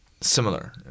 similar